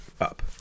up